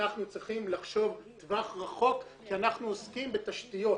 אנחנו צריכים לחשוב לטווח רחוק כשאנחנו עוסקים בתשתיות,